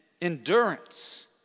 endurance